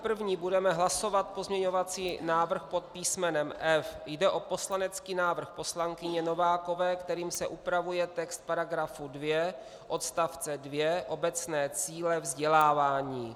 Nejprve budeme hlasovat o pozměňovacím návrhu pod písmenem F. Jde o poslanecký návrh poslankyně Novákové, kterým se upravuje text § 2 odst. 2, obecné cíle vzdělávání.